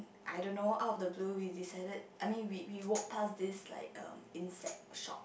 I don't know out of the blue we decided I mean we we walked past this like um insect shop